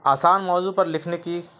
آسان موضوع پر لکھنے کی